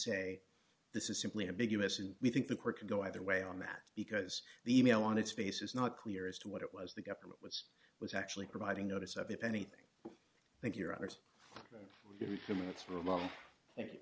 say this is simply a big us and we think the court could go either way on that because the mail on its face is not clear as to what it was the government was was actually providing notice of if anything i think your honour's